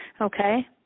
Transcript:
okay